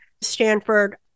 Stanford